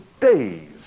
days